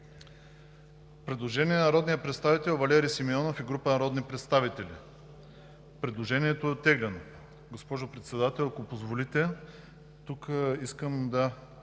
Предложение на народния представител Валери Симеонов и група народни представители. Предложението е оттеглено. Госпожо Председател, ако позволите, тук искам да